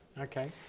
Okay